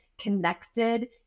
connected